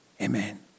Amen